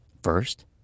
First